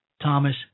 Thomas